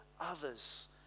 others